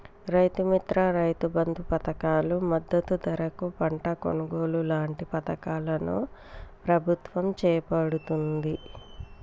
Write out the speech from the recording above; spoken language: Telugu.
రైతు మిత్ర, రైతు బంధు పధకాలు, మద్దతు ధరకు పంట కొనుగోలు లాంటి పధకాలను ప్రభుత్వం చేపడుతాంది